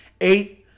Eight